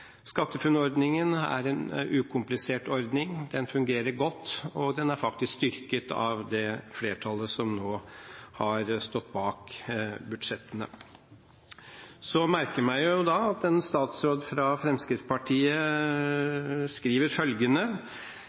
SkatteFUNN-ordningen er en ukomplisert ordning. Den fungerer godt, og den er faktisk styrket av det flertallet som nå har stått bak budsjettene. Så merker jeg meg at en statsråd fra Fremskrittspartiet skriver følgende